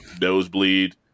nosebleed